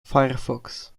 firefox